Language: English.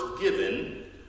given